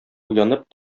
уянып